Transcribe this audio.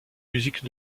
musique